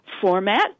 format